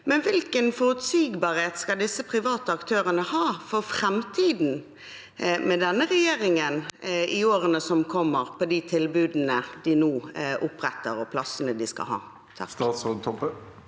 på hvilken forutsigbarhet disse private aktørene skal ha for framtiden med denne regjeringen i årene som kommer, for de tilbudene de nå oppretter, og plassene de skal ha? Statsråd